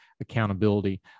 accountability